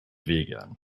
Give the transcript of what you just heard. vegan